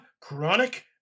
Chronic